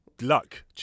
Luck